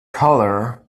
color